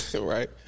right